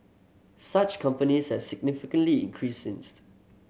such companies have significantly increased since